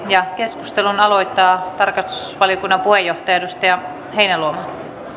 keskustelun aloittaa tarkastusvaliokunnan puheenjohtaja edustaja heinäluoma